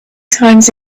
times